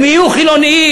הם יהיו חילונים.